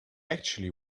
actually